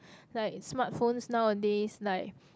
like smartphones nowadays like